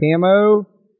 camo